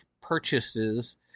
purchases